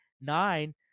nine